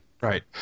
right